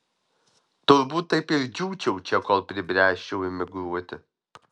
turbūt taip ir džiūčiau čia kol pribręsčiau emigruoti